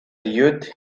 youth